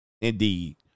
Indeed